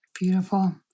Beautiful